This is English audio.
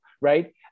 right